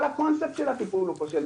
כל הקונספט של הטיפול הוא כושל,